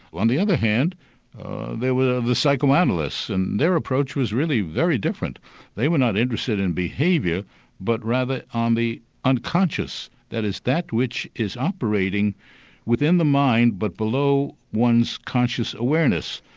on the other hand there were the psychoanalysts and their approach was really very different they were not interested in behaviour but rather in um the unconscious, that is, that which is operating within the mind, but below one's conscious awareness,